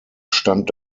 stand